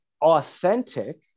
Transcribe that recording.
authentic